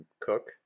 Cook